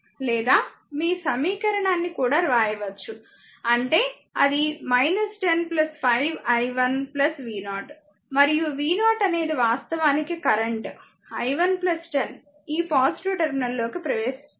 లేదా ఈ సమీకరణాన్ని కూడా వ్రాయవచ్చు అంటే అది 10 5 i 1 v0 మరియు v0 అనేది వాస్తవానికి కరెంట్ i 1 10 ఈ పాజిటివ్ టెర్మినల్లోకి ప్రవేశిస్తుంది